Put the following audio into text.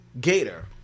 Gator